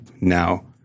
now